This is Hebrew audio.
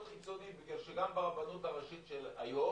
חיצוני כיוון שגם ברבנות הראשית של היום